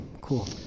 cool